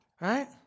right